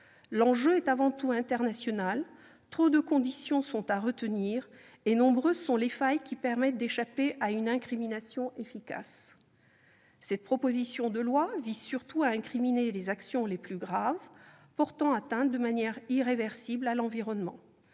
L'enjeu est avant tout international, trop de conditions sont nécessaires et les failles sont nombreuses qui permettent d'échapper à une incrimination efficace. Cette proposition de loi vise surtout à condamner les actions les plus graves, portant atteinte de manière irréversible à l'environnement.